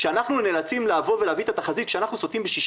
כשאנחנו נאלצים לעבוד ולהביא את התחזית שאנחנו סוטים ב-6,